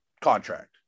contract